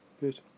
good